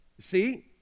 See